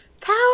power